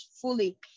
fully